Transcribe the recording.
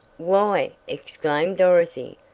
why, exclaimed dorothy,